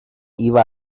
iba